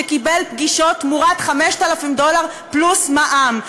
שקיבל פגישות תמורת 5,000 דולר פלוס מע"מ.